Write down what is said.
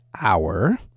Hour